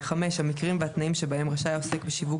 (5)המקרים והתנאים שבהם רשאי העוסק בשיווק